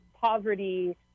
poverty